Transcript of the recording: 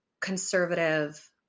conservative